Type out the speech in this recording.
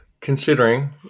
Considering